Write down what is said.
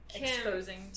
exposing